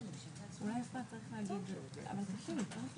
איך אנחנו מבחינת